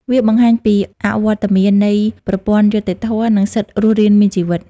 វាបង្ហាញពីអវត្តមាននៃប្រព័ន្ធយុត្តិធម៌ និងសិទ្ធិរស់រានមានជីវិត។